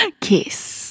Kiss